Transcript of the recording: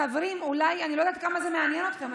חברים, אני לא יודעת כמה זה מעניין אתכם.